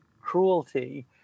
cruelty